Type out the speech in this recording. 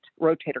rotator